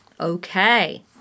Okay